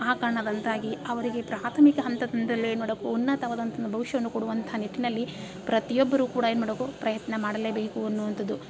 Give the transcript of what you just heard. ಆ ಕಾರಣದಂತಾಗಿ ಅವರಿಗೆ ಪ್ರಾಥಮಿಕ ಹಂತದಿಂದಲೇ ಏನು ಮಾಡಕು ಉನ್ನತವಾದಂಥದ್ದು ಭವಿಷ್ಯವನ್ನು ಕೊಡುವಂತಹ ನಿಟ್ಟಿನಲ್ಲಿ ಪ್ರತಿಯೊಬ್ಬರೂ ಕೂಡ ಏನು ಮಾಡಕು ಪ್ರಯತ್ನ ಮಾಡಲೇ ಬೇಕು ಅನ್ನುವಂಥದ್ದು